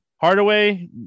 Hardaway –